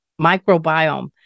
microbiome